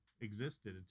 existed